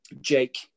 Jake